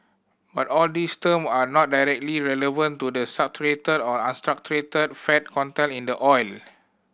but all these term are not directly relevant to the saturated or unsaturated fat content in the oil